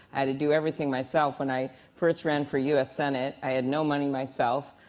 i had to do everything myself when i first ran for u s. senate. i had no money myself.